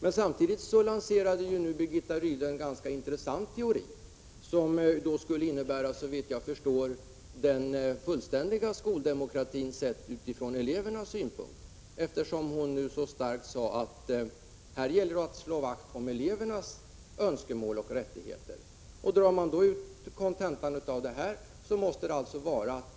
Nu lanserade Birgitta Rydle en ganska intressant teori, som såvitt jag förstår skulle innebära den fullständiga skoldemokratin utifrån elevernas synpunkt. Hon framhöll nämligen mycket starkt att det gällde att slå vakt om elevernas önskemål och rättigheter.